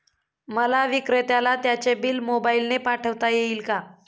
मला विक्रेत्याला त्याचे बिल मोबाईलने पाठवता येईल का?